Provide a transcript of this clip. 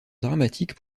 dramatiques